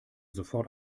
sofort